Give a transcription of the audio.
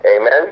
amen